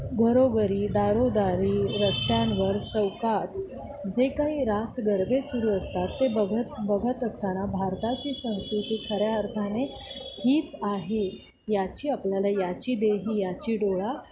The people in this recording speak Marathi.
घरोघरी दारोदारी रस्त्यांवर चौकात जे काही रासगरबे सुरू असतात ते बघत बघत असताना भारताची संस्कृती खऱ्या अर्थाने हीच आहे याची आपल्याला याची देही याची डोळा